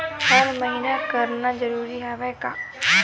हर महीना करना जरूरी हवय का?